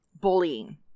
bullying